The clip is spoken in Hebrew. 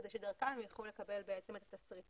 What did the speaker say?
כדי שדרכם יוכלו לקבל את התשריטים.